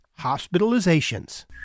hospitalizations